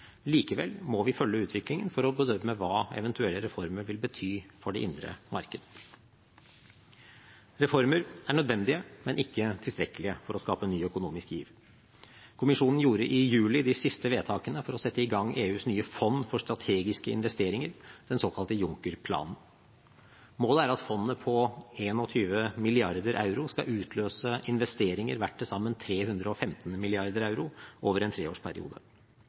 Likevel må vi følge utviklingen for å bedømme hva eventuelle reformer vil bety for det indre marked. Reformer er nødvendig, men ikke tilstrekkelig for å skape ny økonomisk giv. Kommisjonen gjorde i juli de siste vedtakene for å sette i gang EUs nye fond for strategiske investeringer – den såkalte Juncker-planen. Målet er at fondet på 21 mrd. euro skal utløse investeringer verdt tilsammen 315 mrd. euro over en treårsperiode.